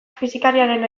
fisikariaren